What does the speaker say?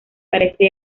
carece